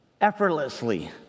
effortlessly